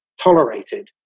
tolerated